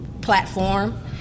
platform